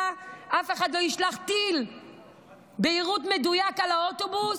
אף אחד לא ישלח טיל ביירוט מדויק על האוטובוס?